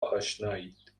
آشنایید